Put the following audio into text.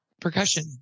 Percussion